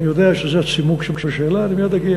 אני יודע שזה הצימוק שבשאלה, אני מייד אגיע.